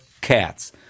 cats